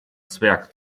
zwerg